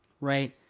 Right